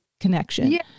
connection